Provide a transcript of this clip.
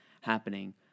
happening